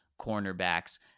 cornerbacks